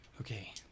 Okay